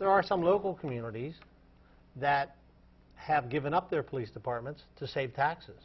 there are some local communities that have given up their police departments to save taxes